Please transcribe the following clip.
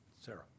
Sarah